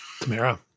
Tamara